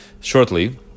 shortly